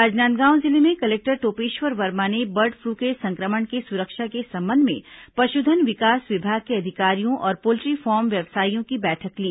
राजनांदगांव जिले में कलेक्टर टोपेश्वर वर्मा ने बर्ड फ्लू के संक्रमण के सुरक्षा के संबंध में पशुधन विकास विभाग के अधिकारियों और पोल्ट्री फॉर्म व्यवसायियों की बैठक ली